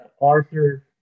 Arthur